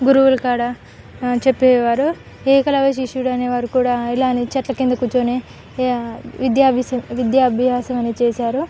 గురువులు కాడ చెప్పేవారు ఏకలవ్య శిష్యుడు అనే వారు కూడా ఇలాగే చెట్ల కింద కూర్చొని విద్యాభ్యాస విద్యాభ్యాసం అని చేశారు